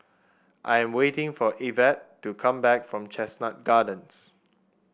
I am waiting for Evette to come back from Chestnut Gardens